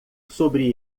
sobre